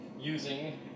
using